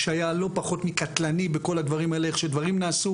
שהיא מקדמת את כל החברה בישראל.